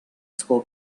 school